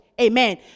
Amen